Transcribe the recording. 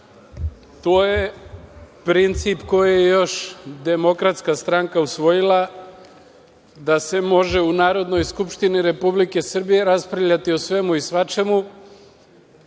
je princip koji je još Demokratska stranka usvojila da se može u Narodnoj skupštini Republike Srbije raspravljati o svemu i svačemu.